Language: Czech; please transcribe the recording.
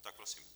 Tak prosím.